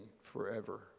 forever